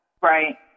right